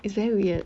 it's very weird